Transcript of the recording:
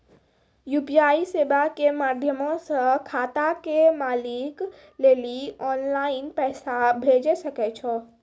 UPI सेबा के माध्यमो से खाता के मालिक लेली आनलाइन पैसा भेजै सकै छो